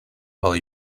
while